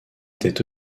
étaient